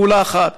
פעולה אחת.